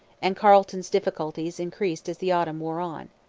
and carleton's difficulties increased as the autumn wore on.